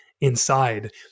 inside